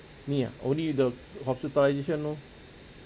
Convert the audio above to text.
me ah only the hospitalisation lor